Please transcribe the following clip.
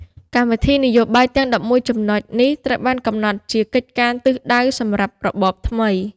កម្មវិធីនយោបាយទាំង ១១ ចំណុចនេះត្រូវបានកំណត់ជាកិច្ចការទិសដៅសម្រាប់របបថ្មី ។